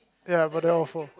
ya but they are awful